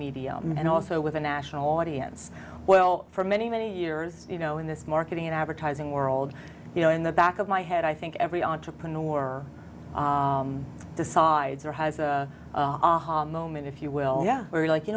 medium and also with the national audience well for many many years you know in this marketing and advertising world you know in the back of my head i think every entrepreneur or decides or has a moment if you will yeah we're like you